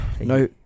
No